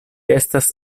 estas